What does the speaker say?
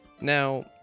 Now